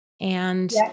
And-